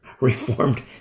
Reformed